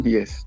Yes